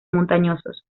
montañosos